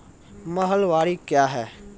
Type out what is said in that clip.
महलबाडी क्या हैं?